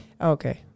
Okay